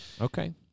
okay